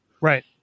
Right